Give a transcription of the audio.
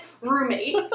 roommate